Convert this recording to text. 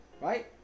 right